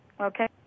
Okay